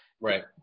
right